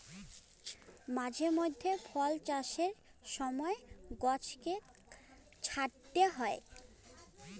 মাঝে মধ্যে ফল চাষের সময় গছকে ছাঁটতে হই